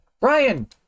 Ryan